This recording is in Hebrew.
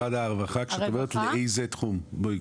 כשאת אומרת משרד הרווחה, באיזה תחום?